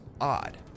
odd